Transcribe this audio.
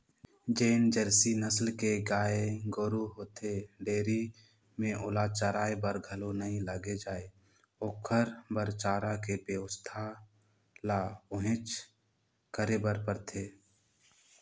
जेन जरसी नसल के गाय गोरु होथे डेयरी में ओला चराये बर घलो नइ लेगे जाय ओखर बर चारा के बेवस्था ल उहेंच करे बर परथे